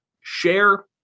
share